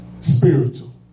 spiritual